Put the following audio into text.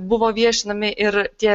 buvo viešinami ir tie